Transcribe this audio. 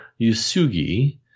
Yusugi